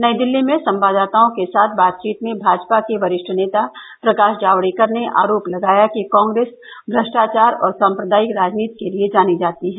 नई दिल्ली में संवाददाताओं के साथ बातचीत में भाजपा के वरिष्ठ नेता प्रकाश जावड़ेकर ने आरोप लगाया कि कांग्रेस भ्रष्टाचार और साम्प्रदायिक राजनीति के लिए जानी जाती है